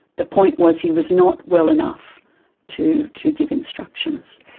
the point was he was not well enough to to give instructions.